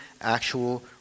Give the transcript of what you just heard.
actual